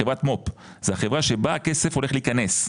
חברת מו"פ זה החברה שבה הכסף הולך להיכנס.